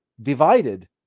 divided